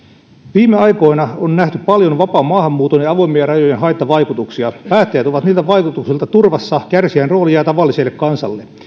viime aikoina on nähty paljon vapaan maahanmuuton ja avoimien rajojen haittavaikutuksia päättäjät ovat niiltä vaikutuksilta turvassa kärsijän rooli jää tavalliselle kansalle